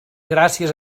gràcies